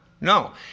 No